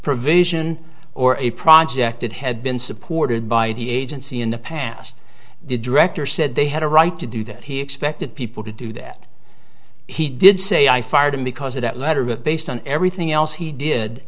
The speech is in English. provision or a project that had been supported by the agency in the past the director said they had a right to do that he expected people to do that he did say i fired him because of that letter but based on everything else he did